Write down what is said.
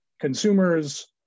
consumers